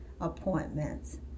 appointments